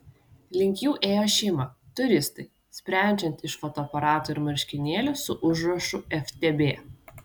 link jų ėjo šeima turistai sprendžiant iš fotoaparatų ir marškinėlių su užrašu ftb